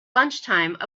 lunchtime